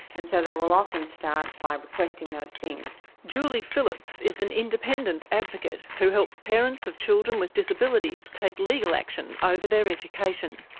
and so they will often start by requesting those things. julie phillips is an independent advocate who helps parents of children with disabilities take legal action over their education.